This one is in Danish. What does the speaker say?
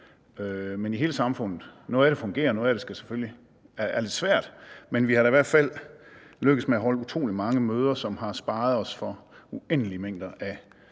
men i hele samfundet; noget af det fungerer, noget af det er lidt svært, men vi er da i hvert fald lykkedes med at holde utrolig mange møder, og det har sparet os uendelige mængder af